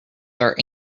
there